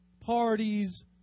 parties